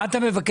מה אתה מבקש?